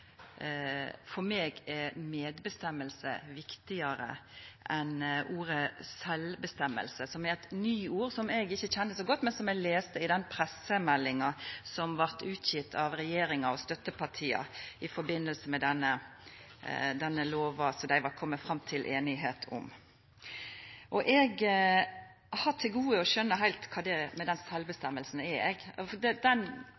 for meg er «medbestemmelse» viktigare enn ordet «selvbestemmelse», som er eit nyord som eg ikkje kjenner så godt, men som eg las i den pressemeldinga som blei utgjeve av regjeringa og støttepartia i samband med denne lova som dei var komne fram til einigheit om. Eg har til gode å skjøna heilt kva denne sjølvbestemminga er, for då ignorerer ein på ein måte det